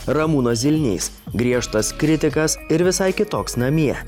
ramūnas zilnys griežtas kritikas ir visai kitoks namie